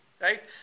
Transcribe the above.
right